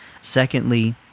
Secondly